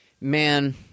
man